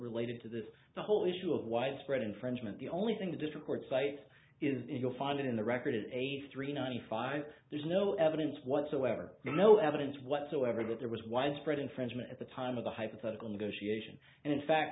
related to this the whole issue of widespread infringement the only thing the different courts face in your finding in the record is eighty three ninety five there's no evidence whatsoever no evidence whatsoever that there was widespread infringement at the time of the hypothetical negotiation and in fact